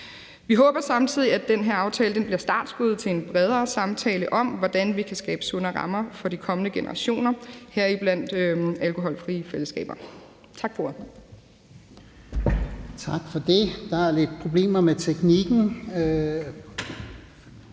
Vi håber samtidig, at den her aftale bliver startskuddet til en bredere samtale om, hvordan vi kan skabe sundere rammer for de kommende generationer, heriblandt alkoholfrie fællesskaber. Tak for ordet. Kl. 14:22 Fjerde